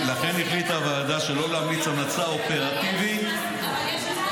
לכן החליטה הוועדה שלא להמליץ המלצה אופרטיבית בעניינו,